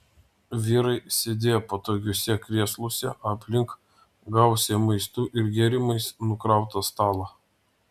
vyrai sėdėjo patogiuose krėsluose aplink gausiai maistu ir gėrimais nukrautą stalą